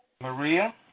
Maria